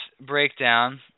breakdown